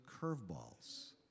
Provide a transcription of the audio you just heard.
curveballs